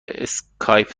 اسکایپ